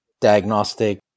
diagnostic